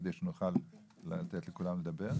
כדי שנוכל לתת לכולם לדבר?